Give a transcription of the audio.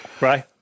right